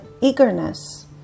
eagerness